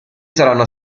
saranno